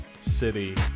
City